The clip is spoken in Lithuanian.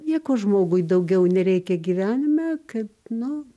nieko žmogui daugiau nereikia gyvenime kaip nu